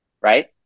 Right